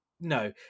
No